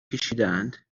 کشیدهاند